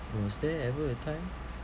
was there ever a time